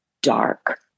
Dark